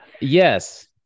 Yes